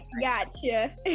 gotcha